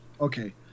okay